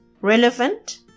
relevant